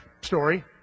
story